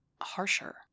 harsher